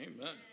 Amen